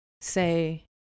say